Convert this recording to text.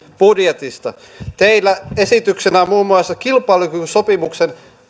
budjetista teillä on esityksenä muun muassa kilpailukykysopimuksen